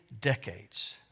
decades